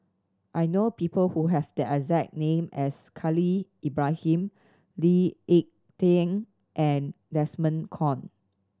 I know people who have the exact name as Khalil Ibrahim Lee Ek Tieng and Desmond Kon